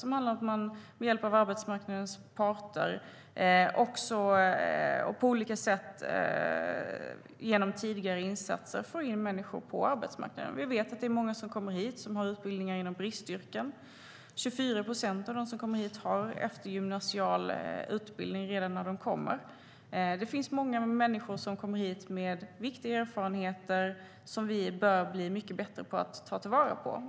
Det handlar om att man med hjälp av arbetsmarknadens parter på olika sätt, genom tidiga insatser, får in människor på arbetsmarknaden. Vi vet att det är många som kommer hit och har utbildningar inom bristyrken; 24 procent av dem som kommer hit har eftergymnasial utbildning redan när de kommer. Det finns många människor som kommer hit med viktiga erfarenheter som vi bör bli mycket bättre på att ta till vara.